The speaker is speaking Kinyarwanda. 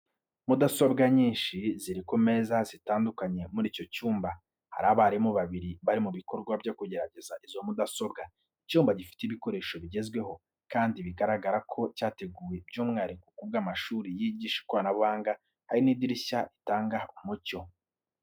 Mudasobwa nyinshi ziri ku meza zitandukanye muri icyo cyumba. Hari abarimu babiri bari mu bikorwa byo kugerageza izo mudasobwa. Icyumba gifite ibikoresho bigezweho, kandi bigaragara ko cyateguwe by’umwihariko ku bw’amashuri yigisha ikoranabuhanga Hari n’idirishya ritanga umucyo.